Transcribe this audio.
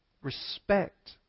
respect